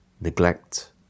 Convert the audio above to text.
neglect